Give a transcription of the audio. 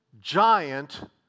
giant